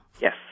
Yes